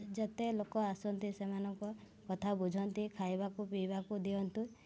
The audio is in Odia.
ଯେତେ ଲୋକ ଆସନ୍ତି ସେମାନଙ୍କ କଥା ବୁଝନ୍ତି ଖାଇବାକୁ ପିଇବାକୁ ଦିଅନ୍ତି